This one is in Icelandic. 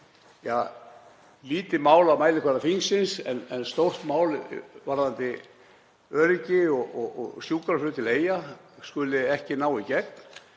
lítið mál á mælikvarða þingsins en stórt mál varðandi öryggi og sjúkraflug til Eyja skuli ekki ná í gegn.